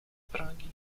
pragi